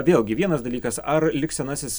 vėlgi vienas dalykas ar liks senasis